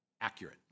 accurate